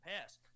past